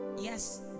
yes